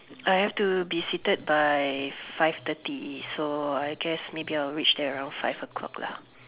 I have to be seated by five thirty so I guess maybe I'll reach there around five o'clock lah